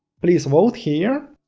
please, vote here.